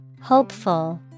Hopeful